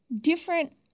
different